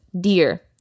dear